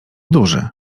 duży